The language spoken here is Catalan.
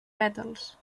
pètals